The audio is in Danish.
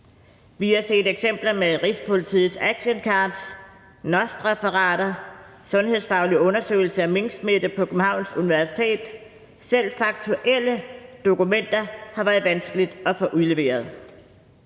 Vi har set eksempler med Rigspolitiets actioncards, NOST-referater, sundhedsfaglig undersøgelse af minksmitte på Københavns Universitet; selv faktuelle dokumenter har været vanskelige at få udleveret.